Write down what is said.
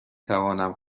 توانم